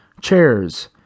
chairs